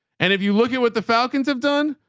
and if you look at what the falcons have done,